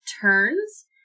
turns